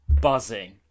buzzing